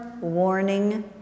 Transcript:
warning